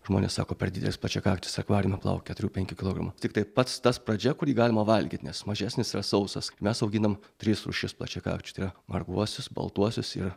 žmonės sako per didelis plačiakaktis akvariume plaukia keturių penkių kilogramų tiktai pats tas pradžia kur jį galima valgyt nes mažesnis yra sausas mes auginam tris rūšis plačiakakčių tai yra marguosius baltuosius ir